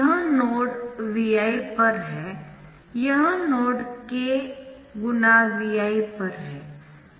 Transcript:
यह node Vi पर है यह नोड k Vi पर है